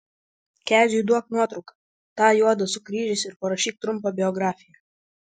keziui duok nuotrauką tą juodą su kryžiais ir parašyk trumpą biografiją